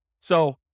So-